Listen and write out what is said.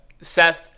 Seth